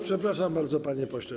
Przepraszam bardzo, panie pośle.